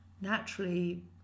naturally